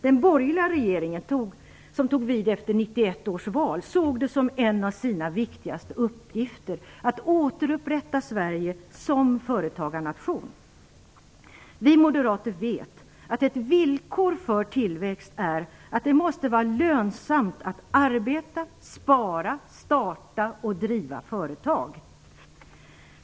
Den borgerliga regeringen som tog vid efter valet 1991 såg det som en av sina viktigaste uppgifter att återupprätta Sverige som en företagarnation. Vi moderater vet att ett villkor för tillväxt är att det måste vara lönsamt att arbeta, spara, starta och driva företag.